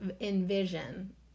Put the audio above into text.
envision